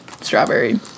strawberry